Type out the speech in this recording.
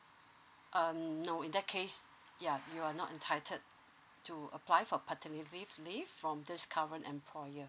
um no in that case ya you are not entitled to apply for paternity leave from this current employer